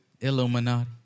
Illuminati